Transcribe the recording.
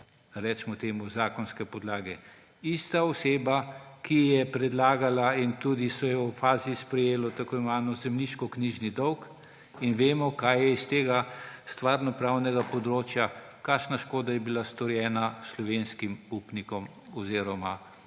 recimo temu, zakonske podlage. Ista oseba, ki je predlagala, in tudi so v fazi sprejeli tako imenovan zemljiškoknjižni dolg. In vemo iz tega stvarnopravnega področja, kakšna škoda je bila storjena slovenskim upnikom oziroma